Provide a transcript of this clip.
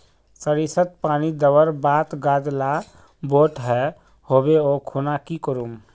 सरिसत पानी दवर बात गाज ला बोट है होबे ओ खुना की करूम?